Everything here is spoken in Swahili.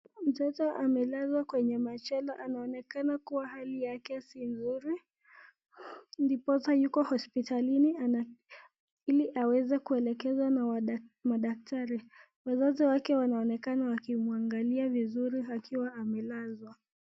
Mtoto amelazwa kwenye machela, anaonekana kuwa hali yake si mzuri ndiposa yuko hospitalini ili aweze kuelekezwa na madaktari. Wazazi wake wanaonekana wakimwangalia vizuri akiwa amelazwa.